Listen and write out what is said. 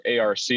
ARC